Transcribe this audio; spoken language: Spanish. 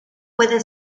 puede